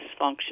dysfunction